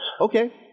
Okay